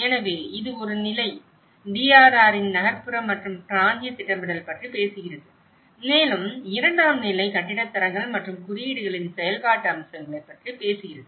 எனவே இது ஒரு நிலை DRRஇன் நகர்ப்புற மற்றும் பிராந்திய திட்டமிடல் பற்றி பேசுகிறது மேலும் இரண்டாம் நிலை கட்டிடத் தரங்கள் மற்றும் குறியீடுகளின் செயல்பாட்டு அம்சங்களைப் பற்றி பேசுகிறது